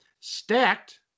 stacked